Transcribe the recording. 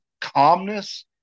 calmness